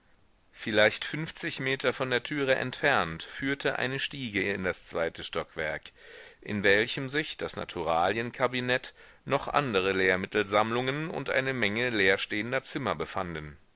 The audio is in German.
vielleicht fünfzig meter von der türe entfernt führte eine stiege in das zweite stockwerk in welchem sich das naturalienkabinett noch andere lehrmittelsammlungen und eine menge leerstehender zimmer befanden